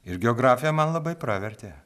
ir geografija man labai pravertė